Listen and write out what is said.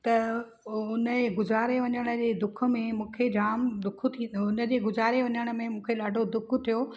त हुनजे गुज़ारे वञण जे दुख में मूंखे जाम दुखु थींदो हुओ हुनजे गुज़ारे वञण में मूंखे ॾाढो दुखु थियो